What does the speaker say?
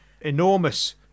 enormous